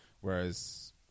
whereas